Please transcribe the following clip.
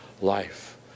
life